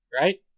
right